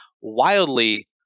wildly